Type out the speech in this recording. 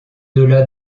delà